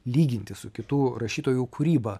lyginti su kitų rašytojų kūryba